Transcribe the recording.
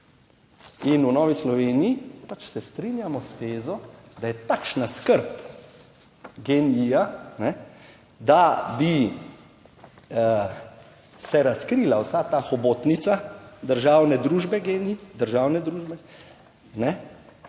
In v Novi Sloveniji pač se strinjamo s tezo, da je takšna skrb GEN-I, da bi se razkrila vsa ta hobotnica državne družbe GEN-I,